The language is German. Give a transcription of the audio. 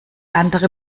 andere